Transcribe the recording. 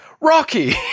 Rocky